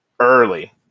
early